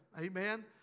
Amen